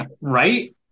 Right